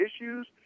issues